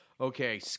okay